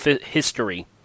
history